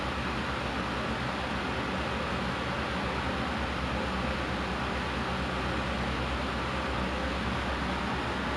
there was a portrait of me and my family like sitting on the sofa and like uh our expressions were like sad lah to show